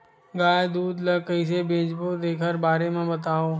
गाय दूध ल कइसे बेचबो तेखर बारे में बताओ?